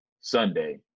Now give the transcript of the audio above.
Sunday